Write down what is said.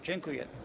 Dziękuję.